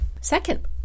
second